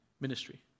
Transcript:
ministry